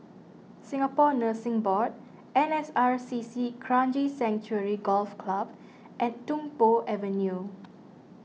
Singapore Nursing Board N S R C C Kranji Sanctuary Golf Club and Tung Po Avenue